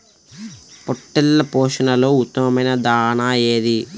పొట్టెళ్ల పోషణలో ఉత్తమమైన దాణా ఏది?